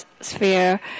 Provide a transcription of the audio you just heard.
sphere